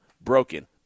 Broken